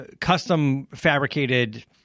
custom-fabricated